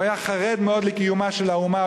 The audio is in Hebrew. והוא היה חרד מאוד לקיומה של האומה,